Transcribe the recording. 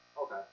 Okay